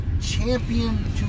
champion